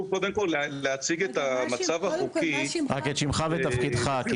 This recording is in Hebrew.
רק את שמך ותפקידך.